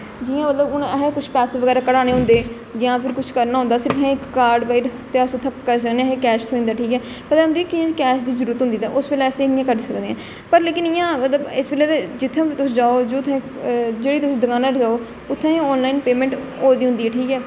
जि'यां ओह्दे कोला असें कुछ पैसे बगैरा कड्ढाने होंदे ते जां फिर उसी कुछ करना होंदा उसी असें कार्ड करना ते कार्ड कन्नै असें ई पैसे थ्होई जंदे ठीक ऐ फिर असें ई केईं बारी कैश दी जरूरत होंदी ते फिर उस बेल्लै अस इ'यां कड्ढी सकने आं पर लेकिन इ'यां अगर इस बेल्लै ते जि'त्थें बी तुस जाओ जेह्ड़ी तुस दकाना उप्पर जाओ उत्थें इ'यां ऑनलाइन पेमेंट होआ दी होंदी ऐ ठीक ऐ